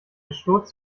sturz